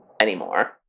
anymore